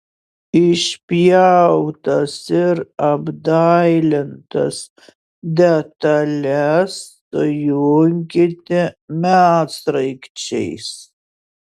išpjautas ir apdailintas detales sujunkite medsraigčiais